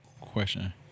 question